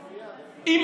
מכובדי השר, 1,391 עמודים.